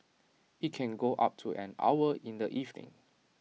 IT can go up to an hour in the evening